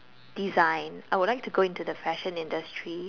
design I would like to go into the fashion industry